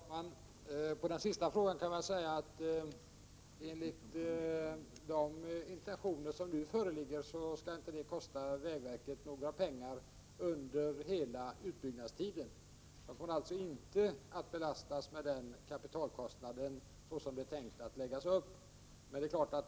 Herr talman! På den sista frågan vill jag svara att detta enligt de intentioner som nu föreligger inte skall kosta vägverket några pengar under utbyggnadstiden i dess helhet. Som det är tänkt kommer verket alltså inte att belastas med denna kapitalkostnad.